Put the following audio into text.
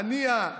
הנייה,